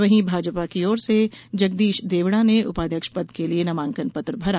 वहीं भाजपा की ओर से जगदीश देवड़ा ने उपाध्यक्ष पद के लिए नामांकन पत्र भरा